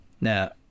Now